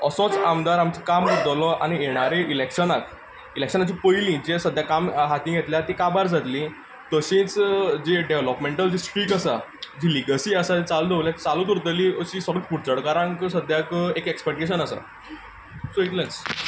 असोच आमदार आमचो काम करतलो आनी येणाऱ्या इलेक्शनाक इलेक्शनाच्या पयलीं जी कामां सद्याक हातीन घेतल्यांत ती काबार जातलीं तशींच जी डेवलोपमेंटल जी पीक आसात जी लिगसी आसा जी चालू दवरल्या ती चालूच उरतली अशी सगळ्या कुडचड कारांक सद्याक एक एक्सपेकटेशन आसा सो इतलेंच